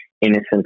innocent